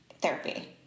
therapy